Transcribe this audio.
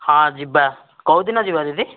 ହଁ ଯିବା କେଉଁଦିନ ଯିବା ଦିଦି